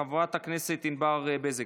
חברת הכנסת ענבר בזק,